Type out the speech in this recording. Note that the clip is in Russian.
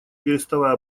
переставая